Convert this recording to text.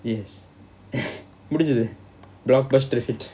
yes முடிஞ்சது:mudinchadhu